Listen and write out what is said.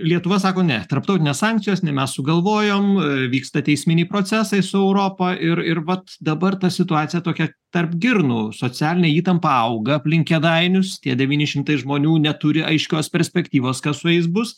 lietuva sako ne tarptautinės sankcijos ne mes sugalvojom vyksta teisminiai procesai su europa ir ir vat dabar ta situacija tokia tarp girnų socialinė įtampa auga aplink kėdainius tie devyni šimtai žmonių neturi aiškios perspektyvos kas su jais bus